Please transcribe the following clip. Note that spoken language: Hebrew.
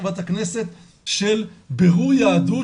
חה"כ של בירור יהדות,